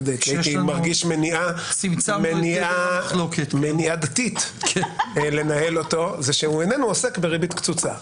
כי הייתי מרגיש מניעה דתית לנהל אותו זה שהוא איננו עוסק בריבית קצוצה.